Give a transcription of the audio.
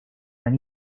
han